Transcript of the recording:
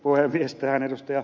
tähän ed